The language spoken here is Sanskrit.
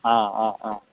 हा हा हा